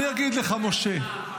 עכשיו תראה, אני אגיד לך, משה.